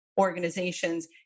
organizations